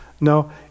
No